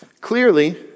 Clearly